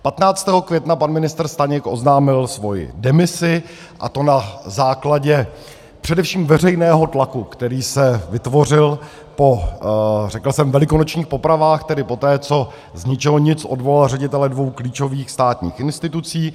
Patnáctého května pan ministr Staněk oznámil svoji demisi, a to na základě především veřejného tlaku, který se vytvořil po, řekl jsem, velikonočních popravách, tedy poté, co zničehonic odvolal ředitele dvou klíčových státních institucí.